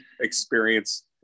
experience